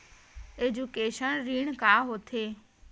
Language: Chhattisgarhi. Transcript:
एजुकेशन ऋण का होथे?